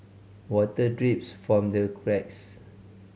water drips from the cracks